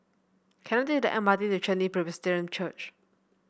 can I take the M R T to Chen Li Presbyterian Church